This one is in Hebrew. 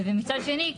ומצד שני,